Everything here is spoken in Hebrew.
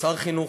כשר החינוך,